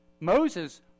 Moses